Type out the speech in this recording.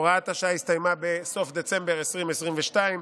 הוראת השעה הסתיימה בסוף דצמבר 2022,